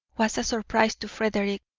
was a surprise to frederick.